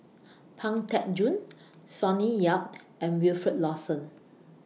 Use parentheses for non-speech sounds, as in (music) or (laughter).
Pang Teck Joon (noise) Sonny Yap and Wilfed Lawson